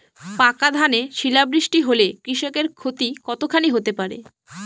পাকা ধানে শিলা বৃষ্টি হলে কৃষকের ক্ষতি কতখানি হতে পারে?